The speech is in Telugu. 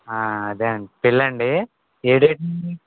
అదే అండి పెళ్ళా అండి ఏ డేట్ అండి